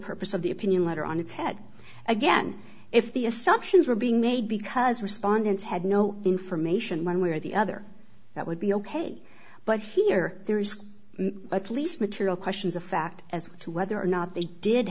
purpose of the opinion letter on its head again if the assumptions were being made because respondents had no information one way or the other that would be ok but here there is at least material questions of fact as to whether or not they did